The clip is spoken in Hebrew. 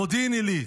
מודיעין עילית,